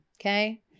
Okay